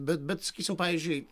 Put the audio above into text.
bet bet sakysim pavyzdžiui